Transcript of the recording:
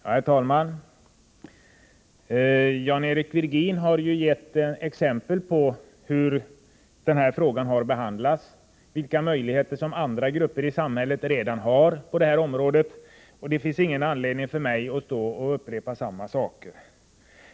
Herr talman! Jan-Eric Virgin har gett exempel på hur den här frågan har behandlats och vilka möjligheter som andra grupper i samhället redan har på området, och det finns ingen anledning för mig att upprepa samma saker.